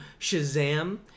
Shazam